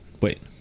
wait